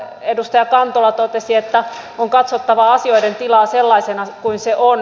edustaja kantola totesi että on katsottava asioiden tilaa sellaisena kuin se on